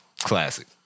Classic